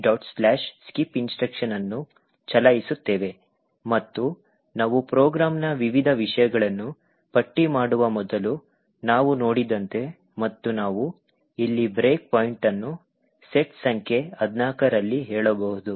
skipinstruction ಅನ್ನು ಚಲಾಯಿಸುತ್ತೇವೆ ಮತ್ತು ನಾವು ಪ್ರೋಗ್ರಾಂನ ವಿವಿಧ ವಿಷಯಗಳನ್ನು ಪಟ್ಟಿ ಮಾಡುವ ಮೊದಲು ನಾವು ನೋಡಿದಂತೆ ಮತ್ತು ನಾವು ಇಲ್ಲಿ ಬ್ರೇಕ್ ಪಾಯಿಂಟ್ ಅನ್ನು ಸೆಟ್ ಸಂಖ್ಯೆ 14 ರಲ್ಲಿ ಹೇಳಬಹುದು